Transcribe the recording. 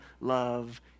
love